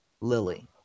lily